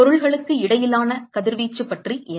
பொருள்களுக்கு இடையிலான கதிர்வீச்சு பற்றி என்ன